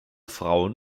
frauen